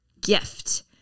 gift